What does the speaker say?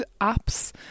apps